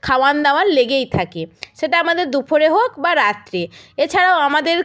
খাওয়ান দাওয়ান লেগেই থাকে সেটা আমাদের দুপুরে হোক বা রাত্রে এছাড়াও আমাদের